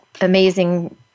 amazing